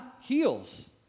heals